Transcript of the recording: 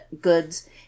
goods